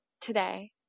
today